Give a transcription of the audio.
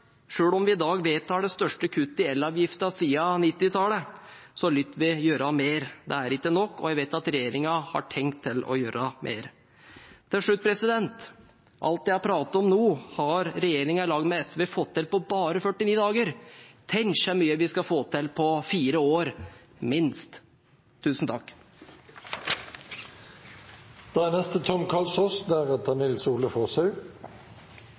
om vi i dag vedtar det største kuttet i elavgiften siden 1990-tallet, må vi gjøre mer. Det er ikke nok, og jeg vet at regjeringen har tenkt å gjøre mer. Til slutt: Alt jeg har pratet om nå, har regjeringen i lag med SV fått til på bare 49 dager. Tenk så mye vi skal få til på fire år – minst.